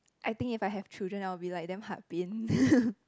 I think if I have children I will be like damn heart pain